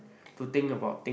to think about thing